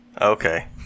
Okay